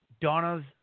Donna's